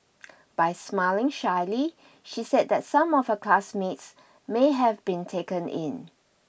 by smiling shyly she said that some of her classmates may have been taken in